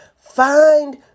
Find